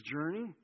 journey